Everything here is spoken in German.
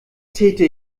täte